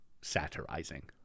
satirizing